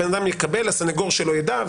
הבן אדם יקבל, הסניגור שלו ידע.